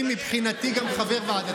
נכון, אז אל תגיד שהיית חבר.